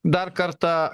dar kartą